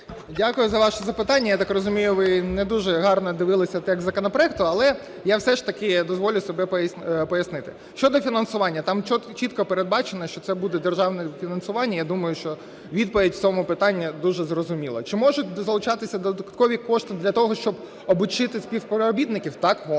Дякую за ваше запитання. Я так розумію, ви не дуже гарно дивилися текст законопроекту, але я все ж таки дозволю собі пояснити. Щодо фінансування. Там чітко передбачено, що це буде державне фінансування. Я думаю, що відповідь у цьому питанні дуже зрозуміла. Чи можуть залучатися додаткові кошти для того, щоби обучити співробітників? Так, можуть.